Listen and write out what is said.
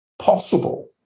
possible